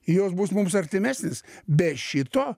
jos bus mums artimesnės be šito